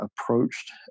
approached